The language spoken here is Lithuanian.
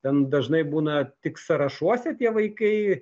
ten dažnai būna tik sąrašuose tie vaikai